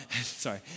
Sorry